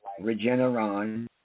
Regeneron